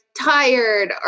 tired